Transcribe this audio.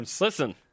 Listen